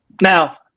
Now